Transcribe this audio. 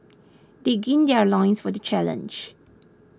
they gird their loins for the challenge